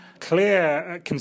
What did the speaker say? clear